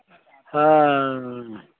हाँ